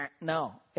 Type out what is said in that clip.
no